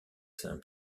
saint